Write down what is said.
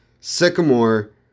Sycamore